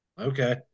Okay